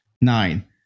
Nine